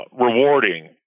rewarding